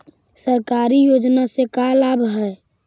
सरकारी योजना से का लाभ है?